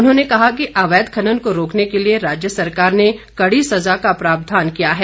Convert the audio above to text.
उन्होंने कहा कि अवैध खनन को रोकने के लिए राज्य सरकार ने कड़ी सजा का प्रावधान किया है